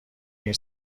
این